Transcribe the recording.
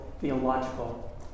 theological